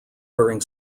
during